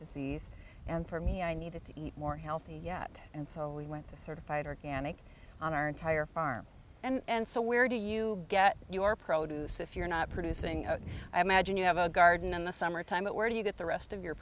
disease and for me i needed to eat more healthy yet and so we went to certified organic on our entire farm and so where do you get your produce if you're not producing a i imagine you have a garden in the summertime but where do you get the rest of your